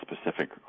specific